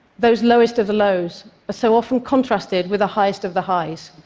those lowest of the lows are so often contrasted with the highest of the highs.